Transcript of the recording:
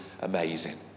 Amazing